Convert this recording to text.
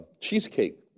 cheesecake